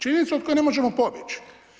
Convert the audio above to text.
Činjenica od koje ne možemo pobjeći.